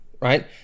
right